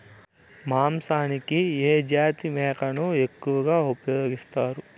మాంసానికి ఏ జాతి మేకను ఎక్కువగా ఉపయోగిస్తారు?